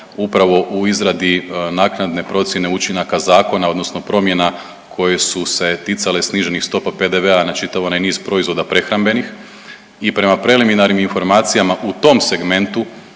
upravo u izradi naknadne procjene učinaka zakona odnosno promjena koje su se ticale snižene stope PDV-a na čitav onaj niz proizvoda prehrambenih i prema preliminarnim informacijama u tom segmentu